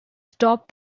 stop